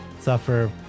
suffer